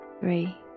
three